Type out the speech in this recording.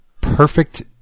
perfect